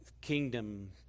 kingdom